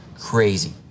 Crazy